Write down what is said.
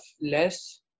less